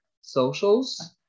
socials